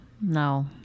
No